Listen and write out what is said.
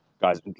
guys